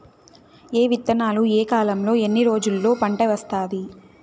ఏ విత్తనాలు ఏ కాలంలో ఎన్ని రోజుల్లో పంట వస్తాది?